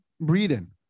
breathing